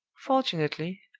fortunately,